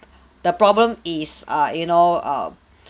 the problem is err you know err